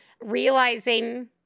realizing